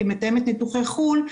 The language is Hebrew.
כמתאמת ניתוחי חו"ל,